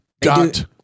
dot